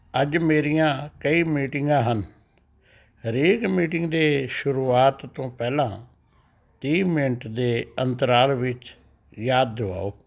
ਅੱਜ ਮੇਰੀਆਂ ਕਈ ਮੀਟਿੰਗਾਂ ਹਨ ਹਰੇਕ ਮੀਟਿੰਗ ਦੇ ਸ਼ੁਰੂਆਤ ਤੋਂ ਪਹਿਲਾਂ ਤੀਹ ਮਿੰਟ ਦੇ ਅੰਤਰਾਲ ਵਿੱਚ ਯਾਦ ਦਿਵਾਓ